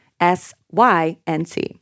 S-Y-N-C